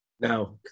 Now